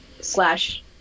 slash